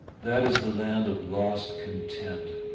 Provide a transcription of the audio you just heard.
that is the land of lost content,